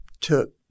took